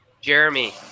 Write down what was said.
Jeremy